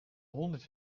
honderd